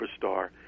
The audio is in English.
superstar